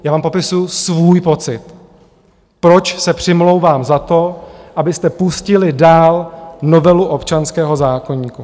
Já vám popisuju svůj pocit, proč se přimlouvám za to, abyste pustili dál novelu občanského zákoníku.